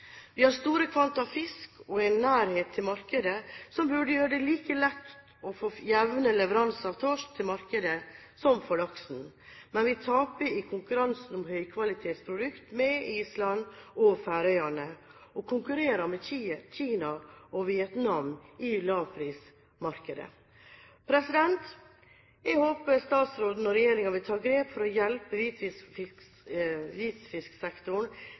Vi har store kvanta fisk og en nærhet til markedet som burde gjøre det like lett å få jevne leveranser av torsk til markedet som for laksen. Men vi taper mot Island og Færøyene i konkurransen om høykvalitetsprodukt og konkurrerer med Kina og Vietnam i lavprismarkedet. Jeg håper statsråden og regjeringen vil ta grep for å hjelpe